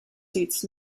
seats